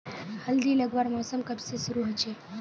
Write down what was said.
हल्दी लगवार मौसम कब से शुरू होचए?